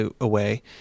away